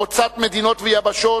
חוצת מדינות ויבשות,